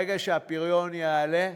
ברגע שהפריון יעלה,